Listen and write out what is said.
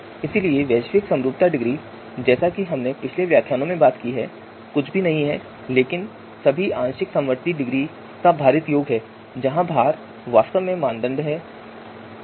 इसलिए वैश्विक समरूपता डिग्री जैसा कि हमने पिछले व्याख्यानों में भी बात की है कुछ भी नहीं है लेकिन सभी आंशिक समवर्ती डिग्री का भारित योग है जहां भार वास्तव में मानदंड भार हैं